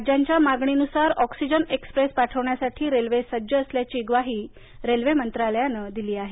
राज्यांच्या मागणीनुसार oxygen express पाठवण्यासाठी रेल्वे सज्ज असल्याची ग्वाही मंत्रालयानं दिली आहे